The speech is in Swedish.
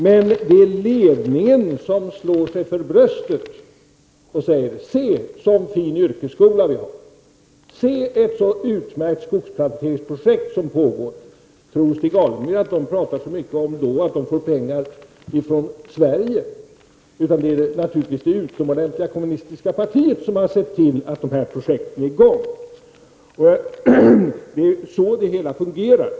Men det är ledningen som slår sig för bröstet och säger: Se en sådan fin yrkesskola vi har, se ett sådant utmärkt skogsplanteringsprojekt som pågår. Tror Stig Alemyr att de då pratar så mycket om att de får pengar från Sverige? Det är naturligtvis det utomordentliga kommunistiska partiet som har sett till att de här projekten har kommit i gång. Det är så det hela fungerar.